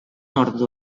nord